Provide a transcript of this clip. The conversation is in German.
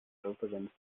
druckdifferenz